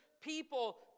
people